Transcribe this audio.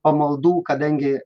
pamaldų kadangi